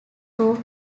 roof